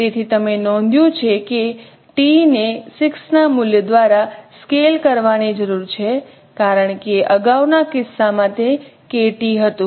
તેથી તમે નોંધ્યું છે કે t ને 6 ના મૂલ્ય દ્વારા સ્કેલ કરવાની જરૂર છે કારણ કે અગાઉના કિસ્સામાં તે Kt હતું